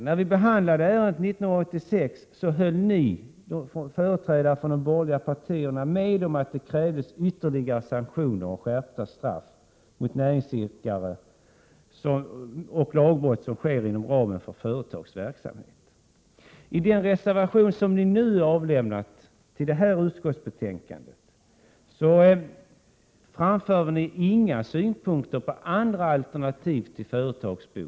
När vi behandlade ärendet 1986 höll de borgerliga partiernas företrädare med om att det krävdes ytterligare sanktioner mot och skärpta straff för näringsidkare som begår lagbrott inom ramen för företagsverksamhet. I den reservation som ni nu har avlämnat till detta utskottsbetänkande framför ni inga synpunkter på alternativ till företagsbot.